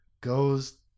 goes